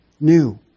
new